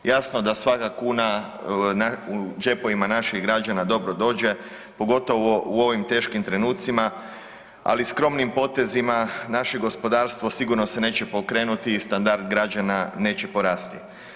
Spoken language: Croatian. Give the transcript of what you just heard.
Jasno da svaka kuna u džepovima naših građana dobro dođe, pogotovo u ovim teškim trenucima, ali skromnim potezima naše gospodarstvo sigurno se neće pokrenuti i standard građana neće porasti.